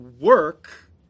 work